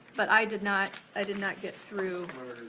but i did not, i did not get through.